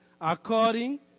according